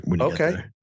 Okay